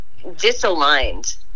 disaligned